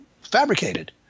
fabricated